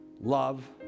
Love